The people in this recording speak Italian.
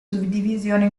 suddivisione